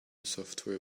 software